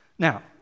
Now